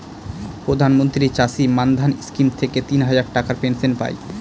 প্রধান মন্ত্রী চাষী মান্ধান স্কিম থেকে তিন হাজার টাকার পেনশন পাই